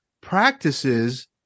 practices